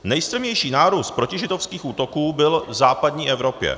Nejstrmější nárůst protižidovských útoků byl v západní Evropě.